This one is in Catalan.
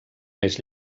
més